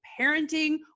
Parenting